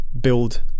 build